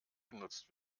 genutzt